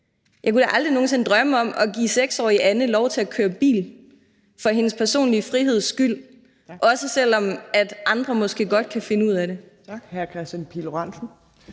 Jeg kunne da aldrig nogen sinde drømme om at give 6-årige Anne lov til at køre bil for hendes personlige friheds skyld, også selv om andre måske godt kan finde ud af det.